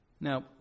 Now